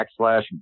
backslash